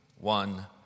one